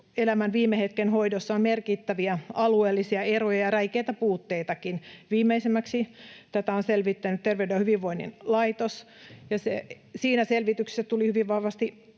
elämän viime hetken hoidossa on merkittäviä alueellisia eroja ja räikeitä puutteitakin. Viimeisimmäksi tätä on selvittänyt Terveyden ja hyvinvoinnin laitos. Siinä selvityksessä tuli hyvin vahvasti